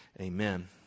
Amen